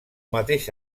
mateix